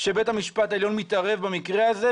שבית המשפט העליון מתערב במקרה הזה,